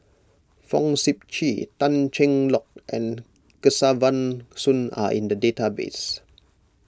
Fong Sip Chee Tan Cheng Lock and Kesavan Soon are in the database